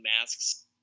masks